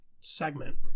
segment